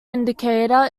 indicator